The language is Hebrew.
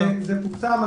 זה פורסם.